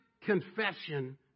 confession